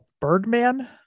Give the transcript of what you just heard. Birdman